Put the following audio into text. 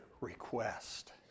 request